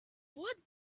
what